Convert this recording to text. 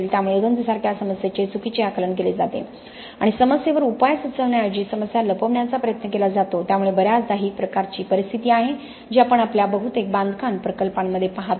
त्यामुळे गंज सारख्या समस्येचे चुकीचे आकलन केले जाते आणि समस्येवर उपाय सुचवण्याऐवजी समस्या लपविण्याचा प्रयत्न केला जातो त्यामुळे बर्याचदा ही एक प्रकारची परिस्थिती आहे जी आपण आपल्या बहुतेक बांधकाम प्रकल्पांमध्ये पाहतो